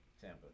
Tampa